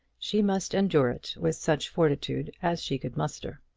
she must endure it with such fortitude as she could muster.